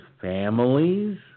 families